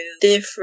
different